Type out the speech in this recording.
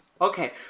Okay